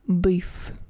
beef